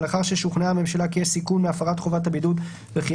ולאחר ששוכנעה הממשלה כי יש סיכון מהפרת חובת הבידוד וכי